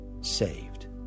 saved